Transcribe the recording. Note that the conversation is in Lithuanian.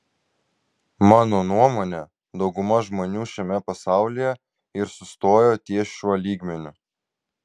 mano nuomone dauguma žmonių šiame pasaulyje ir sustojo ties šiuo lygmeniu